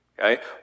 Okay